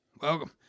Welcome